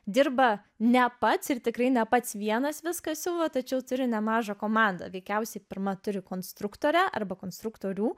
dirba ne pats ir tikrai ne pats vienas viską siuva tačiau turi nemažą komandą veikiausiai pirma turi konstruktorę arba konstruktorių